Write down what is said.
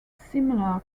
similar